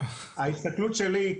ההסתכלות שלי,